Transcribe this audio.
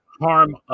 harm